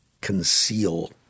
conceal